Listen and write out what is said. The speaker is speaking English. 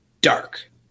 Dark